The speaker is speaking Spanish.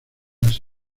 las